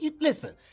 Listen